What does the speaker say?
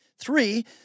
Three